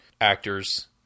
actors